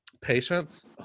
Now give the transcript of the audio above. patience